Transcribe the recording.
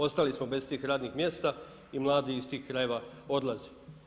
Ostali smo bez tih radnih mjesta i mladi iz tih krajeva odlaze.